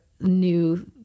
new